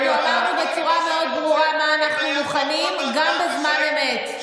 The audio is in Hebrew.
אנחנו אמרנו בצורה מאוד ברורה מה אנחנו מוכנים גם בזמן אמת.